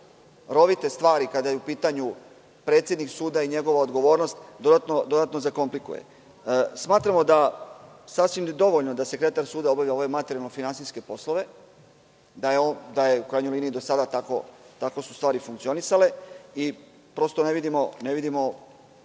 rovite stvari kada je u pitanju predsednik suda i njegova odgovornost dodatno zakomplikovati. Smatramo da je sasvim dovoljno da sekretar suda obavlja ove materijalno-finansijske poslove, da su u krajnjoj liniji do sada tako stvari funkcionisale i ne vidimo